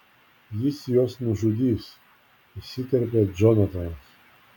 jis juos nužudys įsiterpia džonatanas